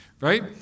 Right